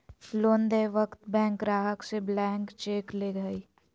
loan देय वक्त bank ग्राहक से ब्लैंक चेक ले हइ